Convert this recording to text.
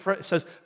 says